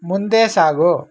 ಮುಂದೆ ಸಾಗು